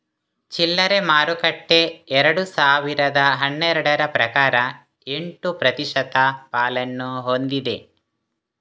ಚಿಲ್ಲರೆ ಮಾರುಕಟ್ಟೆ ಎರಡು ಸಾವಿರದ ಹನ್ನೆರಡರ ಪ್ರಕಾರ ಎಂಟು ಪ್ರತಿಶತ ಪಾಲನ್ನು ಹೊಂದಿದೆ